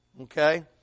Okay